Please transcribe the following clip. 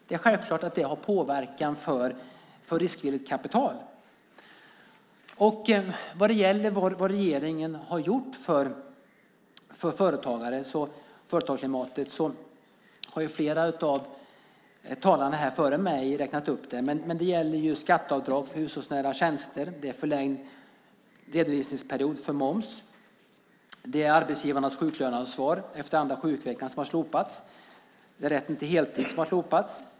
Det är självklart att det har en påverkan på riskvilligt kapital. Vad regeringen har gjort för företagsklimatet har flera av talarna före mig räknat upp. Det är skatteavdrag för hushållsnära tjänster, förlängd redovisningsperiod för moms, arbetsgivarnas sjuklöneansvar efter andra sjukveckan har slopats, rätten till heltid har slopats.